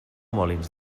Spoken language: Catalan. molins